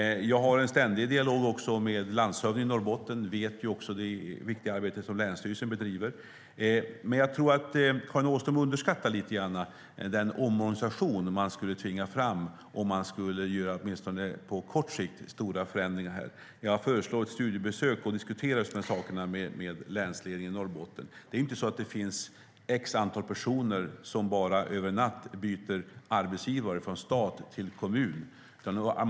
Jag för en ständig dialog med landshövdingen i Norrbotten. Jag vet också vilket viktigt arbete länsstyrelsen bedriver. Men jag tror att Karin Åström lite grann underskattar den omorganisation man skulle tvinga fram om man skulle göra stora förändringar, åtminstone på kort sikt. Jag förslår att hon gör ett studiebesök och diskuterar just de här sakerna med länsledningen i Norrbotten. Det är ju inte så att det finns x personer som bara över en natt byter arbetsgivare från stat till kommun.